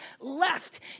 left